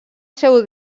seu